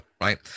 right